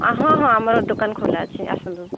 ହଁ ହଁ ଆମର ଦୋକାନ ଖୋଲା ଅଛି ଆସନ୍ତୁ